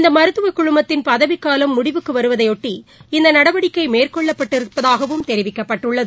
இந்தமருத்துவக்குழுமத்தின் பதவிக்காலம் முடிவுக்குவருவதைஒட்டி இந்தநடவடிக்கைமேற்கொள்ளும் என்றும் தெரிவிக்கப்பட்டுள்ளது